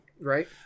right